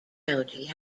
county